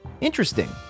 interesting